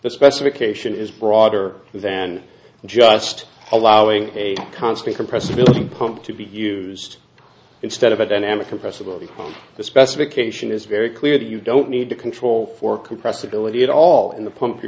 the specification is broader than just allowing a constant compressibility pump to be used instead of a dynamic compressibility the specification is very clear that you don't need to control for compressibility at all in the pump you're